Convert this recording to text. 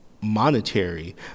monetary